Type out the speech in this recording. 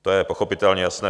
To je pochopitelně jasné.